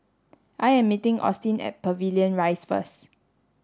I am meeting Austyn at Pavilion Rise first